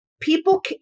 people